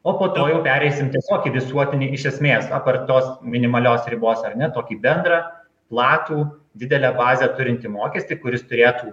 o po to jau pereisim tiesiog į visuotinį iš esmės aptart tos minimalios ribos ar ne tokį bendrą platų didelę bazę turintį mokestį kuris turėtų